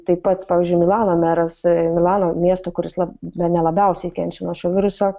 taip pat pavyzdžiui milano meras milano miesto kuris bene labiausiai kenčia nuo šio viruso